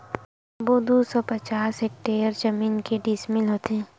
सबो दू सौ पचास हेक्टेयर जमीन के डिसमिल होथे?